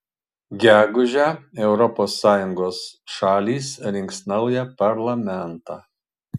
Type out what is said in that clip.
gegužę europos sąjungos šalys rinks naują parlamentą